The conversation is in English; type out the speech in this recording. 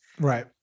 Right